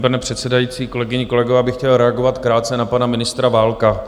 Vážený pane předsedající, kolegyně, kolegové, já bych chtěl reagovat krátce na pana ministra Válka.